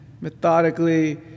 methodically